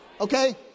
Okay